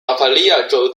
巴伐利亚州